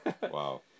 Wow